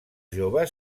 joves